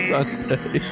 Sunday